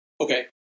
Okay